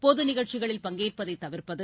பொது நிகழ்ச்சிகளில் பங்கேற்பதை தவிர்ப்பது